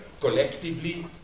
collectively